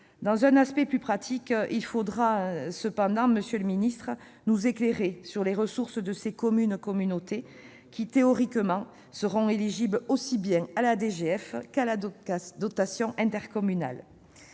Sur un plan plus pratique, il faudra cependant, monsieur le ministre, nous éclairer sur les ressources de ces communes-communautés qui, théoriquement, seront éligibles aussi bien à la DGF qu'à la dotation intercommunale.